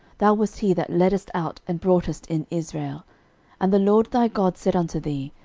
thou wast he that leddest out and broughtest in israel and the lord thy god said unto thee,